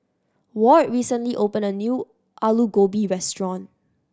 Ward recently opened a new Alu Gobi Restaurant